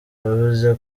yavuze